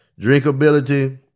drinkability